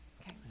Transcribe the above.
Okay